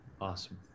awesome